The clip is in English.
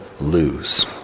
lose